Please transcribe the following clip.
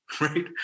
right